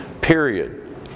period